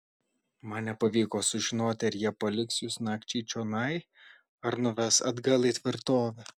man nepavyko sužinoti ar jie paliks jus nakčiai čionai ar nuves atgal į tvirtovę